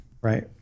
Right